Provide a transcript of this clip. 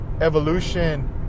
evolution